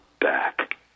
back